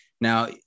Now